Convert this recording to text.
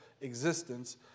existence